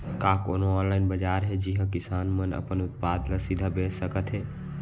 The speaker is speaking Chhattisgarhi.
का कोनो अनलाइन बाजार हे जिहा किसान मन अपन उत्पाद ला सीधा बेच सकत हे?